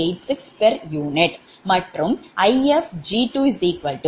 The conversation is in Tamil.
4286 pu